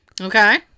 Okay